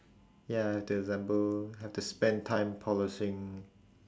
ya have to assemble have to spend time polishing